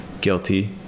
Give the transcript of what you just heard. Guilty